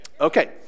Okay